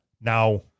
Now